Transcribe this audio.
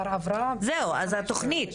התוכנית עצמה.